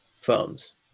firms